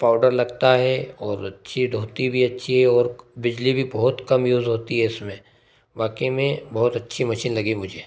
powder लगता है और अच्छी धोती भी अच्छी है और बिजली भी बहुत कम यूज़ होती है इसमें वाकई में बहुत अच्छी मशीन लगी मुझे